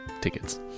tickets